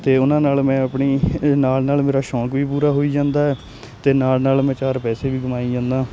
ਅਤੇ ਉਹਨਾਂ ਨਾਲ ਮੈਂ ਆਪਣੀ ਨਾਲ ਨਾਲ ਮੇਰਾ ਸ਼ੌਂਕ ਵੀ ਪੂਰਾ ਹੋਈ ਜਾਂਦਾ ਅਤੇ ਨਾਲ ਨਾਲ ਮੈਂ ਚਾਰ ਪੈਸੇ ਵੀ ਕਮਾਈ ਜਾਂਦਾ